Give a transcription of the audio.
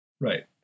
Right